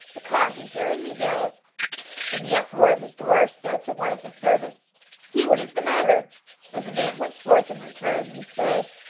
the kazi, hearing the yells and the uproar at his door, said to one of his servants, see what is the matter and the man went forth and returned and said,